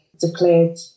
declared